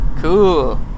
Cool